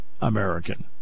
American